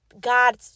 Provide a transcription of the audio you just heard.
God